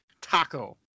Taco